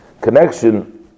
connection